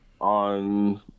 on